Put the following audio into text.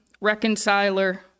reconciler